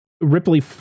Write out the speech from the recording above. Ripley